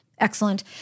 Excellent